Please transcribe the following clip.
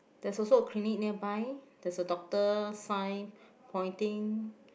there's also a clinic nearby there's a doctor sign pointing